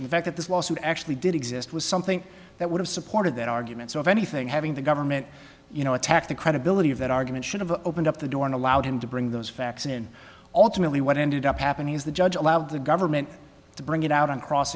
certain fact that this lawsuit actually did exist was something that would have supported that argument so if anything having the government you know attack the credibility of that argument should have opened up the door and allowed him to bring those facts in alternately what ended up happening is the judge allowed the government to bring it out on cross